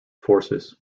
forces